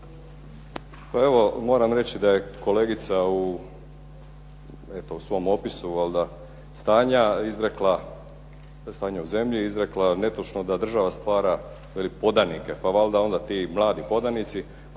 evo moram reći da je kolegica u eto u svom opisu valjda stanja u zemlji izrekla netočno da država stvara podanike. Pa valjda onda ti mladi podanici